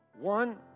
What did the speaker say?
One